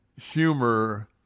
humor